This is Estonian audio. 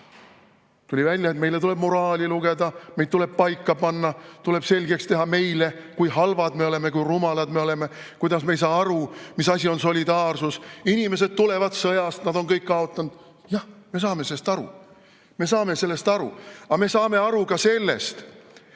tuli välja, et meile tuleb moraali lugeda, meid tuleb paika panna, meile tuleb selgeks teha, kui halvad me oleme, kui rumalad me oleme, kuidas me ei saa aru, mis asi on solidaarsus. Inimesed tulevad sõjast, nad on kõik kaotanud. Jah, me saame sellest aru. Me saame sellest aru! Aga me saame aru ka sellest, et